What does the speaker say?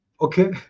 okay